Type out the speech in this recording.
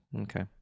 Okay